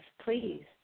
Please